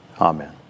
Amen